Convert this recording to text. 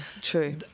true